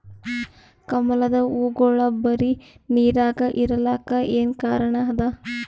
ಕಮಲದ ಹೂವಾಗೋಳ ಬರೀ ನೀರಾಗ ಇರಲಾಕ ಏನ ಕಾರಣ ಅದಾ?